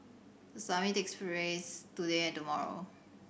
the summit takes today and tomorrow